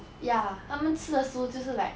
ya 他们吃的食物就是 like